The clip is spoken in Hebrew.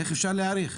איך אפשר להאריך?